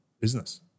business